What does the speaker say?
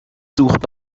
sucht